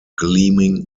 gleaming